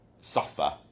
suffer